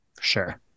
Sure